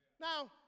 Now